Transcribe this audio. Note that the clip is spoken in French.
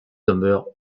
demeure